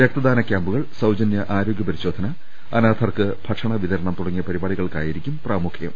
രക്തദാന ക്യാമ്പുകൾ സൌജന്യ ആരോഗൃ പരിശോധന അനാ ഥർക്ക് ഭക്ഷണ വിതരണം തുടങ്ങിയ പരിപാടികൾക്കായിരിക്കും പ്രാമു ഖ്യം